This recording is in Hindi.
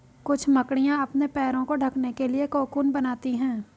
कुछ मकड़ियाँ अपने पैरों को ढकने के लिए कोकून बनाती हैं